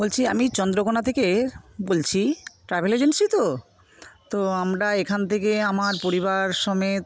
বলছি আমি চন্দ্রকোনা থেকে বলছি ট্রাভেল এজেন্সি তো তো আমরা এখান থেকে আমার পরিবারসমেত